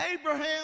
Abraham